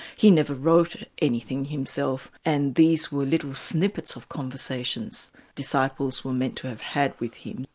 he never wrote anything himself, and these were little snippets of conversations disciples were meant to have had with him.